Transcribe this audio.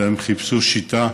והם חיפשו שיטה,